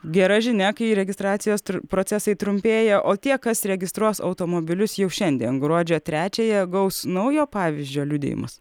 gera žinia kai registracijos procesai trumpėja o tie kas registruos automobilius jau šiandien gruodžio trečiąją gaus naujo pavyzdžio liudijimus